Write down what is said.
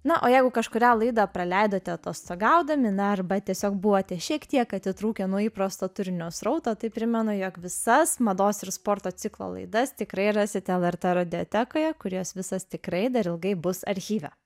na o jeigu kažkurią laidą praleidote atostogaudami na arba tiesiog buvote šiek tiek atitrūkę nuo įprasto tūrinio srauto tai primenu jog visas mados ir sporto ciklo laidas tikrai rasite lrt radijotekoje kur jos visos tikrai dar ilgai bus archyve